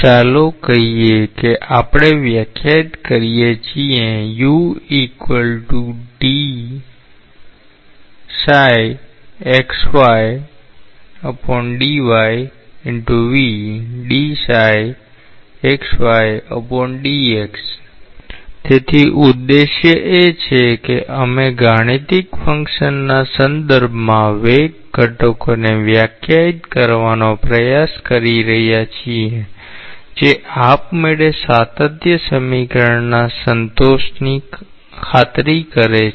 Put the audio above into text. ચાલો કહીએ કે આપણે વ્યાખ્યાયિત કરીએ છીએ તેથી ઉદ્દેશ્ય એ છે કે અમે ગાણિતિક ફંક્શનના સંદર્ભમાં વેગ ઘટકોને વ્યાખ્યાયિત કરવાનો પ્રયાસ કરી રહ્યા છીએ જે આપમેળે સાતત્ય સમીકરણના સંતોષની ખાતરી કરે છે